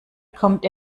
kommt